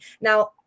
Now